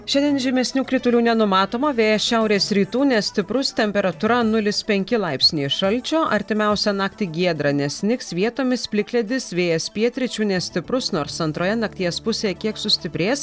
šiandien žymesnių kritulių nenumatoma vėjas šiaurės rytų nestiprus temperatūra nulis penki laipsniai šalčio artimiausią naktį giedra nesnigs vietomis plikledis vėjas pietryčių nestiprus nors antroje nakties pusėje kiek sustiprės